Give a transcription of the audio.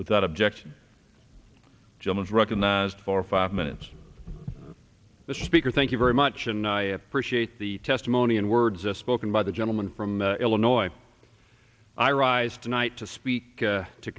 without objection gemma's recognized for five minutes the speaker thank you very much and i appreciate the testimony and words of spoken by the gentleman from illinois i rise tonight to speak to